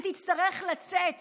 היא תצטרך לצאת